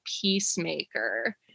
peacemaker